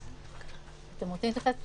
אתם רוצים להתייחס?